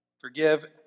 Forgive